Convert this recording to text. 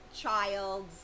child